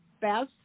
best